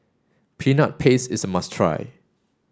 peanut paste is a must try